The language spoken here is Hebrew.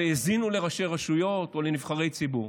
והאזינו לראשי רשויות או לנבחרי ציבור.